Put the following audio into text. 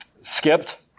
skipped